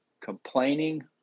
complaining